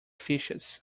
fishes